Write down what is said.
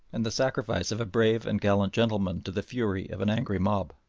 and the sacrifice of a brave and gallant gentleman to the fury of an angry mob.